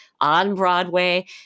on-Broadway